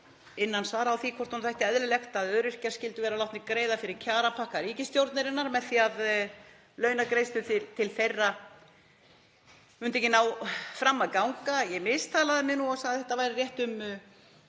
eftir svörum við því hvort honum þætti eðlilegt að öryrkjar skyldu vera látnir greiða fyrir kjarapakka ríkisstjórnarinnar með því að launagreiðslur til þeirra myndu ekki ná fram að ganga. Ég mismælti mig og sagði þetta væru rétt um